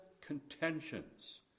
contentions